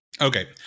Okay